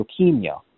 leukemia